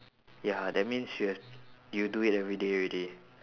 ya that means you have you do it everyday already